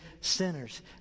sinners